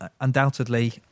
undoubtedly